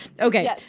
Okay